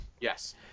Yes